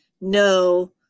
no